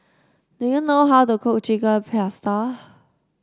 do you know how to cook Chicken Pasta